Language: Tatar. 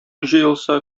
җыелса